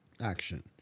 action